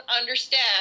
understand